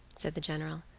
said the general,